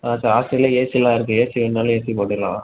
அதுதான் சார் ஹாஸ்டலில் ஏசியெலாம் இருக்குது ஏசி வேணுனாலும் ஏசி போட்டுக்கலாம்